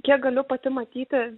kiek galiu pati matyti